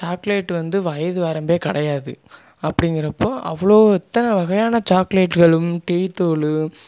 chocolate வந்து வயது வரம்பு கிடையாது அப்படிங்கிறப்போ அவ்வளோ எத்தனை வகையான சாக்லேட்களும் டீதூளும்